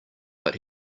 but